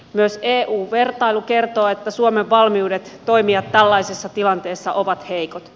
myös eu vertailu kertoo että suomen valmiudet toimia tällaisessa tilanteessa ovat heikot